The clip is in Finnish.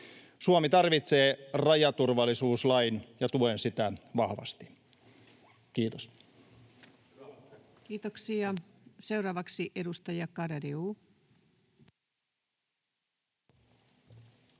Suomi tarvitsee rajaturvallisuuslain, ja tuen sitä vahvasti. — Kiitos. Kiitoksia. — Seuraavaksi edustaja Garedew. Arvoisa